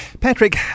Patrick